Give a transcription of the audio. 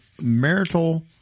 marital